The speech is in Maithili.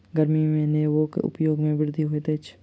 गर्मी में नेबोक उपयोग में वृद्धि होइत अछि